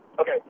Okay